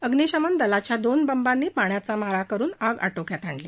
अग्निशमन दलाच्या दोन बंबांनी पाण्याचा मारा करून आग आटोक्यात आणली